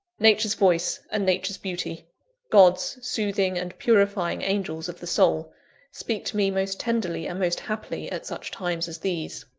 nature's voice and nature's beauty god's soothing and purifying angels of the soul speak to me most tenderly and most happily, at such times as these.